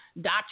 dot